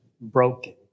broken